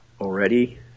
already